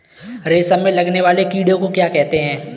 रेशम में लगने वाले कीड़े को क्या कहते हैं?